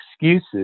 excuses